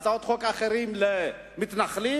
הצעות חוק אחרות למתנחלים,